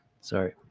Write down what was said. sorry